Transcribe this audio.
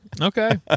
Okay